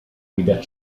vida